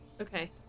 Okay